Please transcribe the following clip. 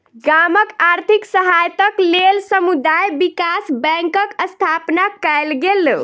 गामक आर्थिक सहायताक लेल समुदाय विकास बैंकक स्थापना कयल गेल